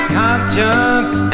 conscience